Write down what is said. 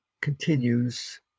continues